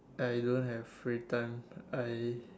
I don't have free time I